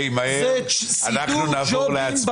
חלפו.